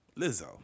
Lizzo